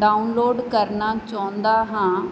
download ਕਰਨਾ ਚਾਹੁੰਦਾ ਹਾਂ